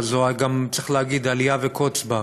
אבל צריך להגיד שזו גם אליה וקוץ בה,